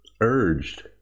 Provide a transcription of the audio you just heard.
urged